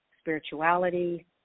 spirituality